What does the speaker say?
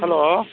hello